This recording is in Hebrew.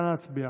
נא להצביע.